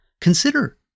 Consider